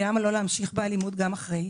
כי למה לו לא להמשיך באלימות גם אחרי?